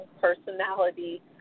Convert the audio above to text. personality